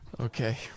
okay